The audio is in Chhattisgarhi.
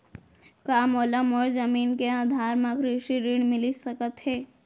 का मोला मोर जमीन के आधार म कृषि ऋण मिलिस सकत हे?